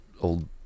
old